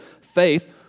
Faith